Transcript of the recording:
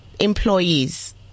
employees